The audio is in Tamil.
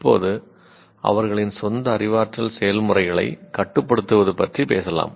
இப்போது அவர்களின் சொந்த அறிவாற்றல் செயல்முறைகளை கட்டுப்படுத்துவது பற்றி பேசலாம்